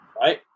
right